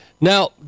now